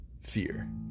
fear